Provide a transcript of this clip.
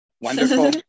Wonderful